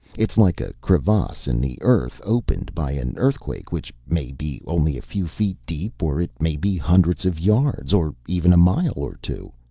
it's like a crevasse in the earth opened by an earthquake which may be only a few feet deep, or it may be hundreds of yards, or even a mile or two.